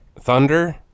Thunder